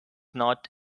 not